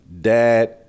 Dad